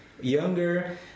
Younger